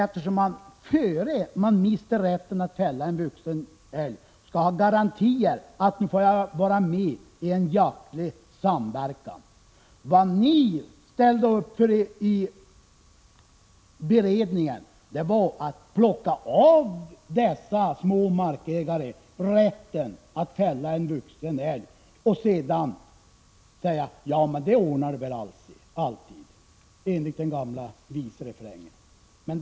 Innan man mister rätten att fälla en vuxen älg skall man ha garantier för att man får vara med i en jaktlig samverkan. I beredningen har ni alltså medverkat till att de mindre markägarna fråntas rätten att fälla en vuxen älg. Och sedan säger ni bara: Ja, det ordnar sig väl alltid — man följer den gamla visrefrängen.